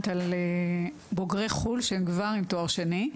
על בוגרי חו"ל שהם כבר בעלי תואר שני,